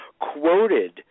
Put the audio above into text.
quoted –